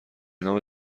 نام